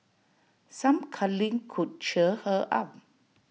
some cuddling could cheer her up